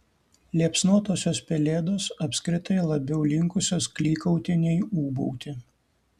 liepsnotosios pelėdos apskritai labiau linkusios klykauti nei ūbauti